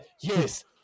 yes